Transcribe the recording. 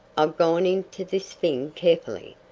i've gone into this thing carefully,